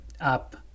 up